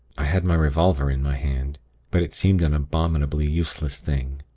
i had my revolver in my hand but it seemed an abominably useless thing.